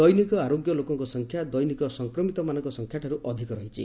ଦୈନିକ ଆରୋଗ୍ୟ ଲୋକଙ୍କ ସଂଖ୍ୟା ଦୈନିକ ସଂକ୍ରମିତମାନଙ୍କ ସଂଖ୍ୟାଠାରୁ ଅଧିକ ରହିଛି